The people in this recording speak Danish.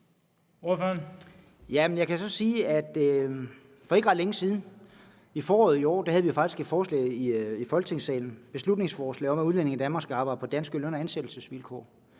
faktisk et forslag i Folketingssalen, et beslutningsforslag, om, at udlændinge i Danmark skal arbejde på danske løn- og ansættelsesvilkår.